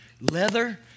leather